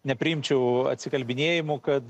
nepriimčiau atsikalbinėjimų kad